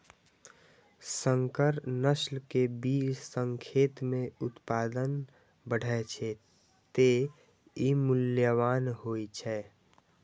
संकर नस्ल के बीज सं खेत मे उत्पादन बढ़ै छै, तें ई मूल्यवान होइ छै